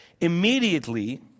Immediately